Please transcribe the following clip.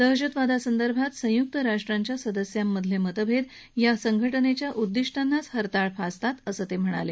दहशतवादासंदर्भात संयुक्त राष्ट्रांच्या सदस्यांमधले मतभेद या संघटनेच्या उद्दिष्टांनाच हरताळ फासतात असं ते म्हणाले